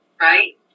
Right